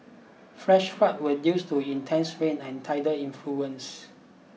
flash floods were due to intense rain and tidal influences